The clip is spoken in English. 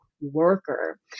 worker